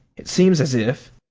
it seems as if.